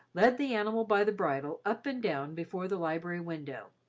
led the animal by the bridle up and down before the library window.